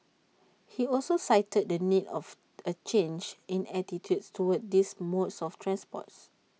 he also cited the need of A change in attitudes towards these modes of transport